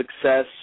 success